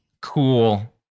cool